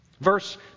Verse